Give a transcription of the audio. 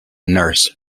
nurse